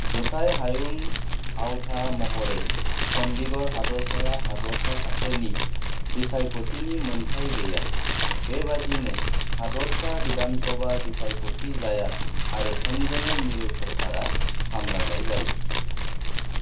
जुथाइ हायुं आवथा महरै चंन्डीगढ़ हादरसाया हादरसा थाखोनि बिसायख'थिनि मोनथाइ गैया बेबादिनो हादरसा भिधानसभा बिसायख'थि जाया आरो थोंजोङै मिरु सरकारा सामलायनाय जायो